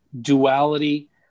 duality